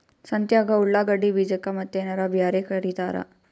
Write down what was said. ಸಂತ್ಯಾಗ ಉಳ್ಳಾಗಡ್ಡಿ ಬೀಜಕ್ಕ ಮತ್ತೇನರ ಬ್ಯಾರೆ ಕರಿತಾರ?